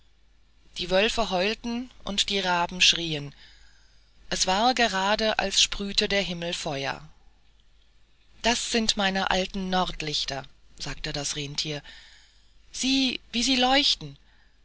die wölfe heulten und die raben schrieen es war gerade als sprühte der himmel feuer das sind meine alten nordlichter sagte das renntier sieh wie sie leuchten